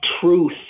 truth